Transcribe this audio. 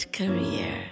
career